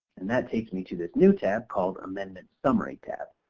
and that takes me to this new tab called amendment summary tab.